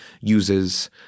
uses